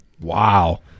Wow